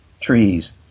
trees